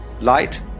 light